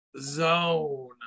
zone